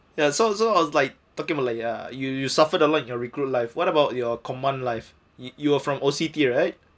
ya so so I was like talking about like ya you you suffered a lot in recruit life what about your command life you are from O_C_T right